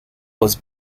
was